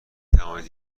توانید